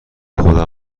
خودم